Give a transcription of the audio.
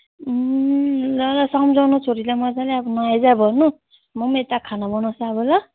ल ल सम्झाउनु छोरीलाई मज्जाले अब नआइज भन्नु म पनि यता खाना बनाउँछु अब ल